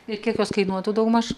ir kiek jos kainuotų daugmaž